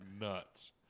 nuts